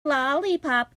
lollipop